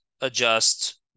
adjust